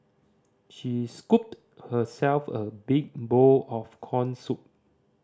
she scooped herself a big bowl of corn soup